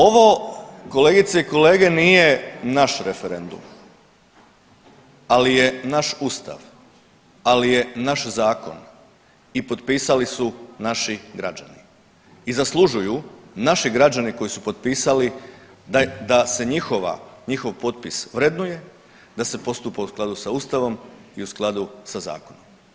Ovo kolegice i kolege nije naš referendum, ali je naš Ustav, ali je naš zakon i potpisali su naši građani i zaslužuju naši građani koji su potpisali da se njihov potpis vrednuje, da se postupa u skladu sa Ustavom i u skladu sa zakonom.